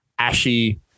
ashy